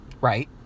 Right